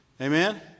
Amen